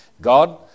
God